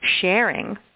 sharing